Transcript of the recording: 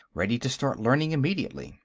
ready to start learning immediately.